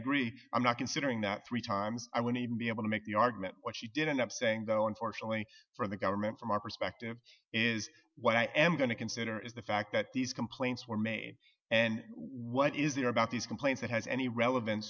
agree i'm not considering that three times i would be able to make the argument what she did end up saying though unfortunately for the government from my perspective is what i am going to consider is the fact that these complaints were made and what is there about these complaints that has any relevan